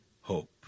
hope